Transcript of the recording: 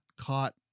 caught